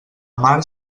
mar